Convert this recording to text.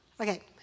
Okay